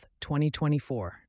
2024